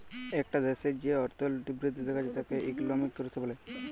একটা দ্যাশের যে অর্থলৈতিক বৃদ্ধি দ্যাখা যায় তাকে ইকলমিক গ্রথ ব্যলে